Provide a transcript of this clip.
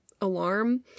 alarm